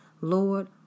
Lord